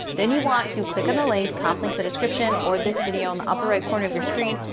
then you want to click on the link, top link the description or this video on the upper right corner of your screen,